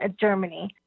Germany